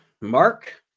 Mark